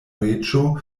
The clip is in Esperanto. reĝo